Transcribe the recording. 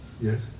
Yes